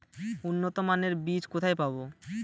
উন্নতমানের বীজ কোথায় পাব?